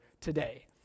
today